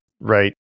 right